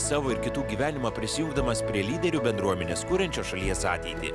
savo ir kitų gyvenimą prisijungdamas prie lyderių bendruomenės kuriančios šalies ateitį